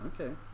Okay